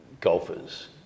golfers